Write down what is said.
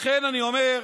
לכן אני אומר,